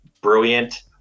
brilliant